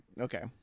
Okay